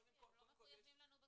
יופי, הם לא מחויבים לנו בכלום.